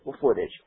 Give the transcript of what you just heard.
footage